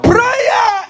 Prayer